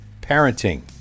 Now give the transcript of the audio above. parenting